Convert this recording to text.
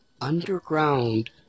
underground